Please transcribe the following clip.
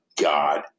God